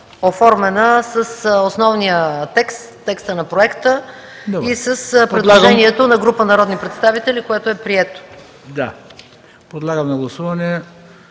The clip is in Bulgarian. оформена с основния текст – текста на проекта, и с предложението на група народни представители, което е прието. ПРЕДСЕДАТЕЛ ХРИСТО